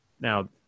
Now